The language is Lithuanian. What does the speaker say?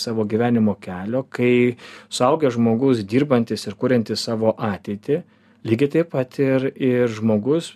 savo gyvenimo kelio kai suaugęs žmogus dirbantis ir kuriantis savo ateitį lygiai taip pat ir ir žmogus